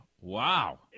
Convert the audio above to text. Wow